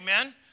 Amen